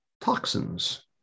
toxins